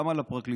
גם על הפרקליטות,